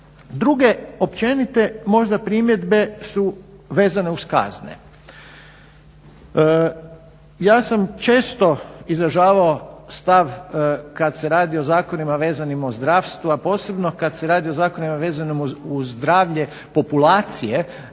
druge općenite možda primjedbe su vezane uz kazne. Ja sam često izražavao stav kada se radi o zakonima vezanim o zdravstvu a posebno kada se radi o zakonima vezanim uz zdravlje populacije